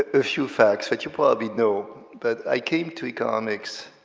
a few facts that you probably know, but i came to economics